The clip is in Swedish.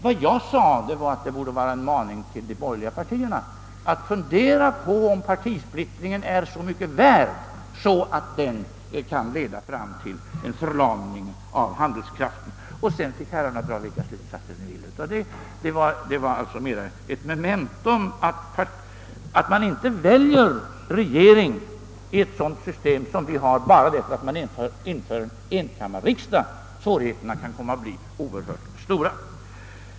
Vad jag sade var att det borde vara en maning till de borgerliga partierna att fundera på om partisplittringen är så mycket värd och om den inte kan leda fram till en förlamning av handlingskraften. Sedan får herrarna dra vilka slutsatser ni vill därav. Det var alltså mera ett memento om att man inte väljer regering i en sådan situation som vi har bara genom att införa enkammarriksdag. Svårigheterna kan komma att bli oerhört stora.